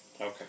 Okay